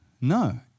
No